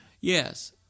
Yes